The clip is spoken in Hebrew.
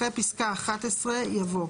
אחרי פסקה (11) יבוא: